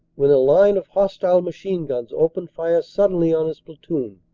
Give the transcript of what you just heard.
when a line of hos tile machine-guns opened fire suddenly on his platoon,